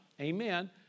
Amen